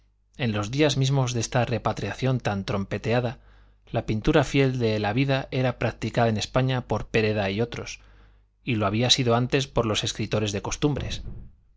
en los días mismos de esta repatriación tan trompeteada la pintura fiel de la vida era practicada en españa por pereda y otros y lo había sido antes por los escritores de costumbres